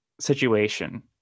situation